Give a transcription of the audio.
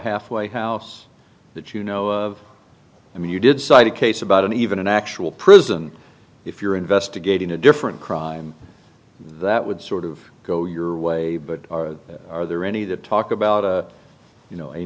halfway house that you know of i mean you did cite a case about an even an actual prison if you're investigating a different crime that would sort of go your way but are there any that talk about you know a